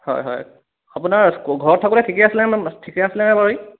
হয় হয় আপোনাৰ ঘৰত থাকোতে ঠিকে আছিলে নে ঠিকে আছিলে নে বাৰু ই